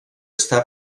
està